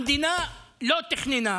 המדינה לא תכננה,